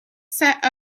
set